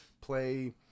play